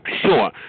Sure